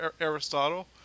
aristotle